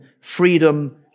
freedom